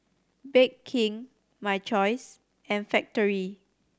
Bake King My Choice and Factorie